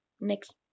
Next